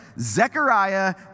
Zechariah